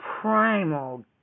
primal